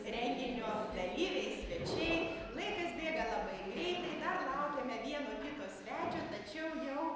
renginio dalyviai svečiai laikas bėga labai greitai dar laukiame vieno kito svečio tačiau jau